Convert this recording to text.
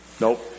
Nope